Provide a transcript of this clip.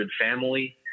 family